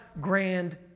grand